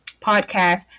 podcast